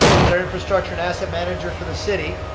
he's our infrastructure and asset manager for the city,